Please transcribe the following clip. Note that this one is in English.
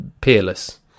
peerless